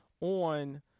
on